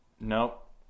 Nope